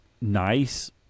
nice